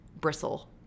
bristle